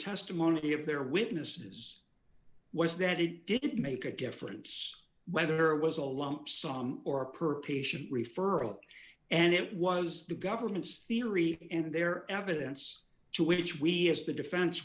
testimony of their witnesses was that it didn't make a difference whether it was a lump sum or per patient referral and it was the government's theory and their evidence to which we as the defense